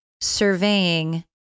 surveying